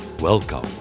Welcome